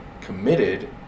committed